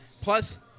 Plus